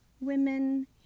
Women